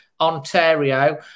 Ontario